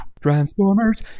Transformers